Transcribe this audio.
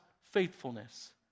faithfulness